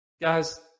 guys